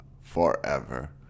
forever